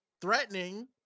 threatening